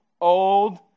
old